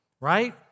right